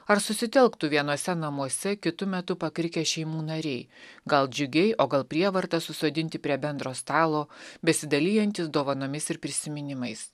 ar susitelktų vienose namuose kitu metu pakrikę šeimų nariai gal džiugiai o gal prievarta susodinti prie bendro stalo besidalijantys dovanomis ir prisiminimais